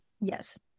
Yes